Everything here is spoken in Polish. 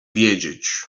wiedzieć